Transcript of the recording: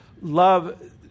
love